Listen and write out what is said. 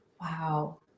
Wow